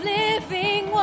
living